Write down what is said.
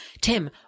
Tim